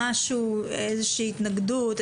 איזושהי התנגדות,